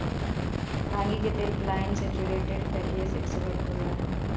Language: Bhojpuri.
भांगी के तेल पालियन सैचुरेटेड फैटी एसिड से भरपूर रहेला